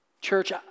Church